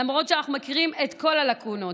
למרות שאנחנו מכירים את כל הלקונות.